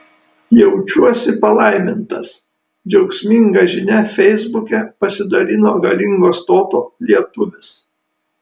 jaučiuosi palaimintas džiaugsminga žinia feisbuke pasidalino galingo stoto lietuvis